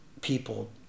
people